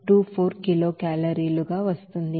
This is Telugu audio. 24 కిలోకేలరీలు వస్తుంది